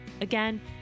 Again